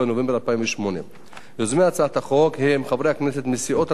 2008. יוזמי הצעת החוק הם חברי כנסת מסיעות רבות: